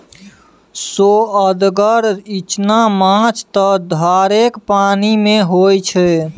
सोअदगर इचना माछ त धारेक पानिमे होए छै